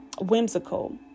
whimsical